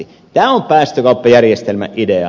tämä on päästökauppajärjestelmän idea